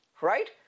right